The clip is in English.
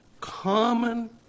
common